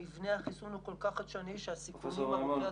מבנה החיסון הוא כל כך חדשני שהסיכון --- נמוך.